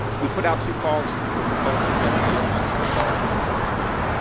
we put out two calls for proposals every year, once in the fall and once in the spring.